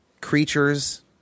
creatures